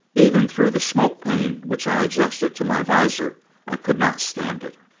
even through the smoked pane which i adjusted to my visor i could not stand it.